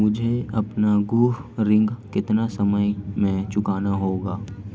मुझे अपना गृह ऋण कितने समय में चुकाना होगा?